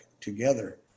together